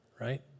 right